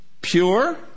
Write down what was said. pure